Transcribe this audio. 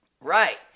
right